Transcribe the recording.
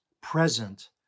present